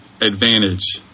advantage